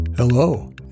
Hello